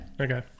okay